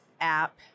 app